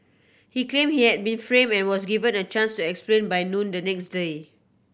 he claim he had been frame and was given a chance to explain by noon the next day